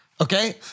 okay